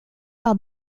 par